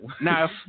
Now